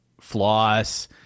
floss